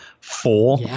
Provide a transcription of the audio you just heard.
four